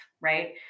right